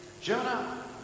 Jonah